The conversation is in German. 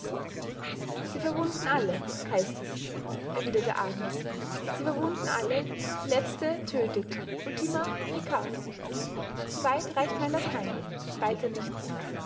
sie verwunden alle heißt es erwiderte agnes sie verwunden alle die letzte tödtet ultima necat so weit reicht mein latein weiter nicht